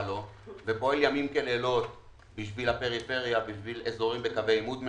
לו והוא פועל לילות כימים עבור הפריפריה ועבור אזורים בקווי עימות,